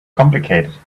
complicated